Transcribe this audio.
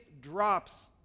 drops